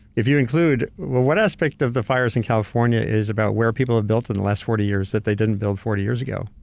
if you include, what what aspect of the fires in california is about where people have built in the last forty years, that they didn't build forty years ago?